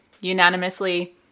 unanimously